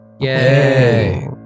Yay